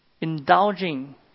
indulging